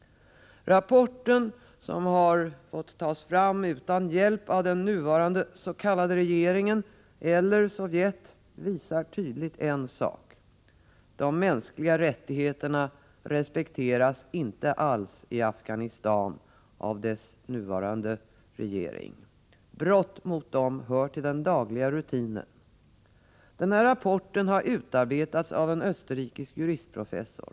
Rapporten, som har fått tas fram utan hjälp av den nuvarande s.k. regeringen eller Sovjet, visar tydligt en sak: de mänskliga rättigheterna respekteras inte alls i Afghanistan av dess nuvarande regering. Brott mot dem hör till den dagliga rutinen. Den här rapporten har utarbetats av en österrikisk juristprofessor.